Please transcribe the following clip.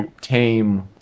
tame